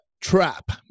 trap